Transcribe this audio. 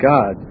God